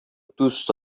دوست